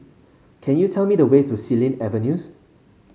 can you tell me the way to Xilin Avenues